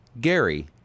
Gary